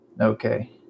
Okay